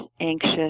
anxious